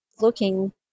looking